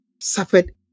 suffered